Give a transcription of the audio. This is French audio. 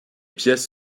pièces